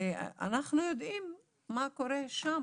ואנחנו יודעים מה קורה שם